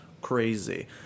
Crazy